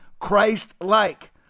Christ-like